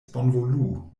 bonvolu